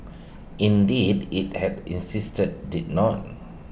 indeed IT had insisted IT did not